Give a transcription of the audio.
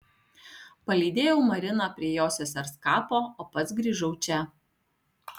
palydėjau mariną prie jos sesers kapo o pats grįžau čia